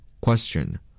Question